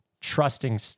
trusting